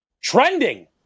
Trending